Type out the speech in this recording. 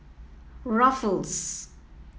ruffles